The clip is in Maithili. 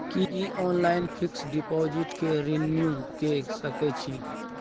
की ऑनलाइन फिक्स डिपॉजिट के रिन्यू के सकै छी?